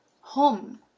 home